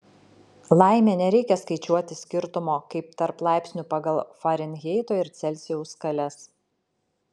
laimė nereikia skaičiuoti skirtumo kaip tarp laipsnių pagal farenheito ir celsijaus skales